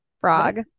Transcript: frog